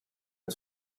had